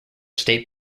state